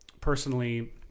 personally